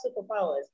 superpowers